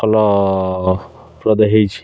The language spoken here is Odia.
ଫଲପ୍ରଦ ହୋଇଛି